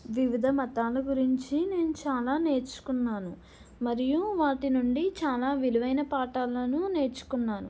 వివిధ మతాల గురించి నేను చాలా నేర్చుకున్నాను మరియు వాటి నుండి చాలా విలువైన పాఠాలను నేర్చుకున్నాను